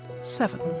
Seven